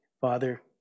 Father